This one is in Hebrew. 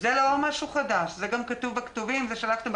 לגבי זה שהצהרונים מתוקצבים